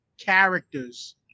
characters